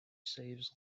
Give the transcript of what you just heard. saves